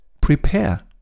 prepare